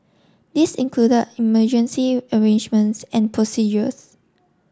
this include emergency arrangements and procedures